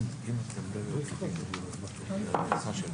עם הנוסח הזה אתם יכולים לחיות, עם מה שכתוב.